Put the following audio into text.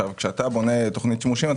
כשאתה בונה תכנית שימושים,